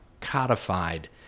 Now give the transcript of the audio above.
codified